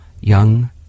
young